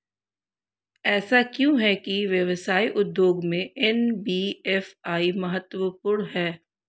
ऐसा क्यों है कि व्यवसाय उद्योग में एन.बी.एफ.आई महत्वपूर्ण है?